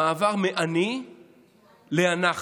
המעבר מ"אני" ל"אנחנו".